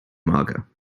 mager